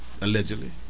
Allegedly